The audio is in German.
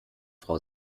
frau